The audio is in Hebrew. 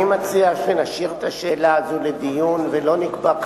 אני מציע שנשאיר את השאלה הזאת לדיון ולא נקבע.